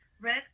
Red